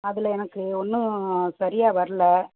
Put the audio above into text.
அதில் எனக்கு ஒன்றும் சரியா வரல